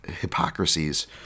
hypocrisies